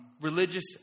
religious